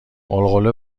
غلغله